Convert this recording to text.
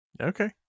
Okay